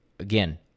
Again